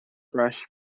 fresh